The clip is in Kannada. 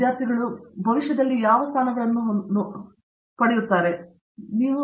ಆದ್ದರಿಂದ ನಿಮ್ಮ ದೃಷ್ಟಿಯಲ್ಲಿ ನೀವು ಯಾವ ರೀತಿಯ ಸ್ಥಾನಗಳನ್ನು ನೋಡಿದ್ದೀರಿ